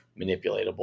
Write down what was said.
manipulatable